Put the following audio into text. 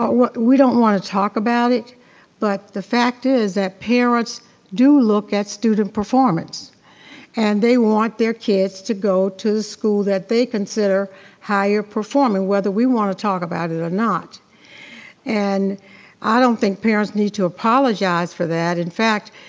we don't wanna talk about it but the fact is that parents do look at student performance and they want their kids to go to the school that they consider higher performing whether we wanna talk about it or not and i don't think parents need to apologize for that. in fact,